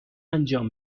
انجام